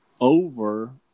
over